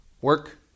work